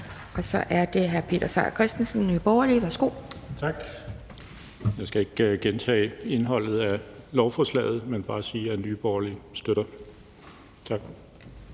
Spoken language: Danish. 12:16 (Ordfører) Peter Seier Christensen (NB): Tak. Jeg skal ikke gentage indholdet af lovforslaget, men bare sige, at Nye Borgerlige støtter det.